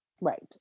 Right